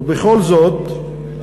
ובכל זאת,